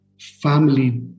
family